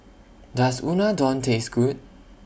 Does Unadon Taste Good